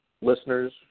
listeners